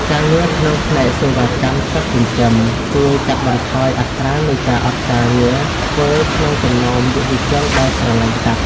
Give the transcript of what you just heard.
ការងារក្នុងផ្នែកសេវាកម្មសត្វចិញ្ចឹម ជួយកាត់បន្ថយអត្រានៃការអត់ការងារធ្វើក្នុងចំណោមយុវជនដែលស្រឡាញ់សត្វ។